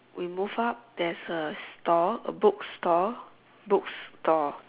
we move up there's a store a book store book store